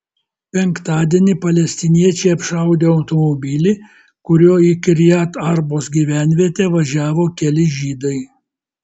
penktadienį palestiniečiai apšaudė automobilį kuriuo į kirjat arbos gyvenvietę važiavo keli žydai